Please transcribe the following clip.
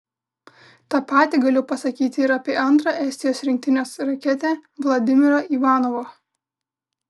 tą patį galiu pasakyti ir apie antrą estijos rinktinės raketę vladimirą ivanovą